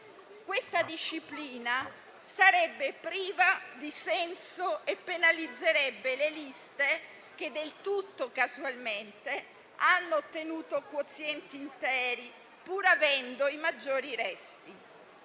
Questa disciplina sarebbe priva di senso e penalizzerebbe le liste che, del tutto casualmente, hanno ottenuto quozienti interi, pur avendo i maggiori resti;